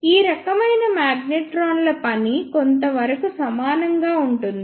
ఈ రకమైన మాగ్నెట్రాన్ల పని కొంతవరకు సమానంగా ఉంటుంది